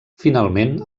finalment